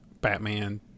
Batman